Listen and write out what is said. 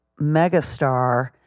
megastar